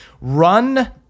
run